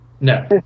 No